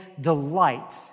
delight